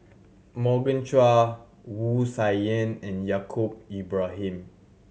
Morgan Chua Wu Tsai Yen and Yaacob Ibrahim